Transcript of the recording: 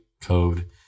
code